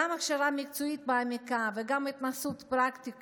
גם הכשרה מקצועית מעמיקה וגם התנסות פרקטית